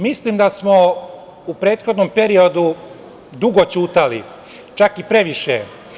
Mislim da smo u prethodnom periodu dugo ćutali, čak i previše.